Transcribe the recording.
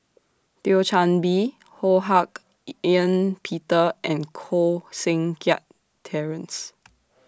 Thio Chan Bee Ho Hak Ean Peter and Koh Seng Kiat Terence